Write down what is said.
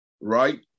right